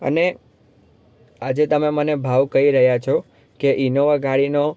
અને આજે તમે મને ભાવ કહી રહ્યા છો કે ઈનોવા ગાડીનો